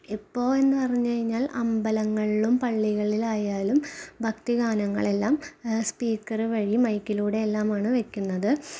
ഇപ്പോൾ എന്ന് പറഞ്ഞുകഴിഞ്ഞാല് അമ്പലങ്ങളിലും പള്ളികളിലായാലും ഭക്തിഗാനങ്ങളെല്ലാം സ്പീക്കറ് വഴി മൈക്കിലൂടെയെല്ലാമാണ് വെയ്ക്കുന്നത്